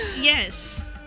Yes